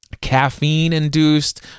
caffeine-induced